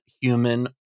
Human